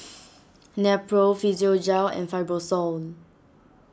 Nepro Physiogel and Fibrosol